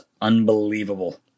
unbelievable